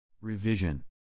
Revision